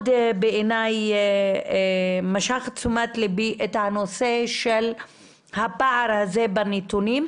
מאוד משך את תשומת ליבי הנושא של הפער הזה בנתונים,